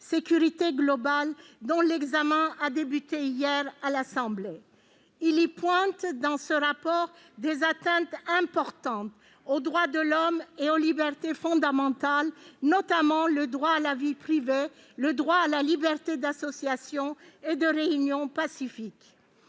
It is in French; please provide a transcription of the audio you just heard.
sécurité globale », dont l'examen a débuté hier à l'Assemblée. Il y pointe des atteintes importantes aux droits de l'homme et aux libertés fondamentales, notamment le droit à la vie privée, le droit à la liberté d'association et de réunion pacifique.